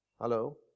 Hello